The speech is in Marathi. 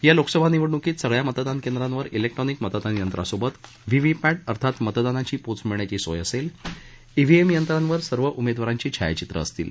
या लोकसभा निवडणुकीत सगळ्या मतदान केंद्रांवर इलस्ट्रॉनिक मतदान यंत्रासस्त्रे व्हीव्हीपॅट अर्थात मतदानाची पोच मिळण्याची सोय असल्वी ईव्हीएम यंत्रावर सर्व उमद्वीरांची छायाचित्र असतील